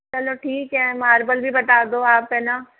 चलो ठीक है मार्बल भी बता दो आप है न